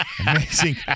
amazing